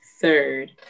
third